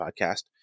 podcast